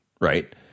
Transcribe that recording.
right